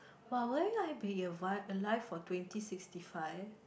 !wow! will I be alive alive for twenty sixty five